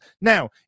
Now